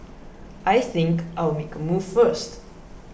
I think I'll make a move first